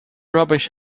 rubbish